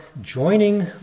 joining